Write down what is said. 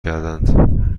کردند